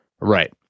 Right